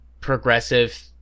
progressive